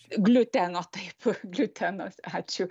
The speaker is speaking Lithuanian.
gliuteno taip gliutenas ačiū